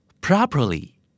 Properly